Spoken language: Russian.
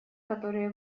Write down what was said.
которые